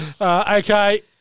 Okay